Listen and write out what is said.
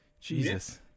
jesus